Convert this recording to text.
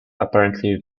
apparently